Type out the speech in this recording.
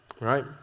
right